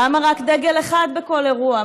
למה רק דגל אחד בכל אירוע?